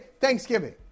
Thanksgiving